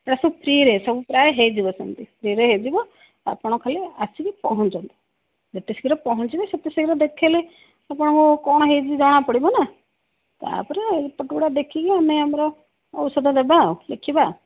ସେଇଟା ସବୁ ଫ୍ରିରେ ସବୁ ପ୍ରାୟ ହେଇଯିବ ସେମତି ଫ୍ରିରେ ହେଇଯିବ ଆପଣ ଖାଲି ଆସିକି ପହଞ୍ଚନ୍ତୁ ଯେତେ ଶୀଘ୍ର ପହଞ୍ଚିବେ ସେତେ ଶୀଘ୍ର ଦେଖାଇଲେ ଆପଣଙ୍କୁ କ'ଣ ହେଇଛି ଜଣା ପଡ଼ିବ ନା ତା'ପରେ ରିପୋର୍ଟ ଗୁଡ଼ା ଦେଖିକି ଆମେ ଆମର ଔଷଧ ଦେବା ଆଉ ଦେଖିବା